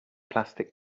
plastic